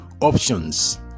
options